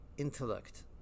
Intellect